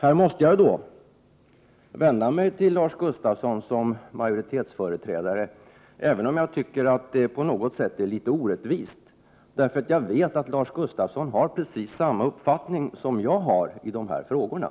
Jag måste här vända mig till Lars Gustafsson som majoritetsföreträdare, även om jag tycker att det på något sätt blir litet orättvist. Jag vet ju att Lars Gustafsson har precis samma uppfattning som jag i de här frågorna.